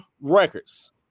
records